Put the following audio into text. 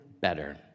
better